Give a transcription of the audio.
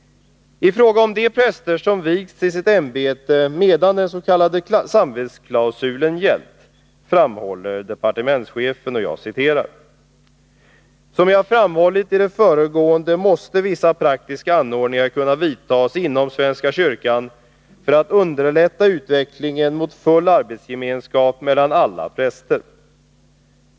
I fråga om de präster som vigts till sitt ämbete medan den s.k. samvetsklausulen gällt, framhåller departementschefen: ”Som jag har framhållit i det föregående måste vissa praktiska anordningar kunna vidtas inom svenska kyrkan för att underlätta utvecklingen mot full arbetsgemenskap mellan alla präster.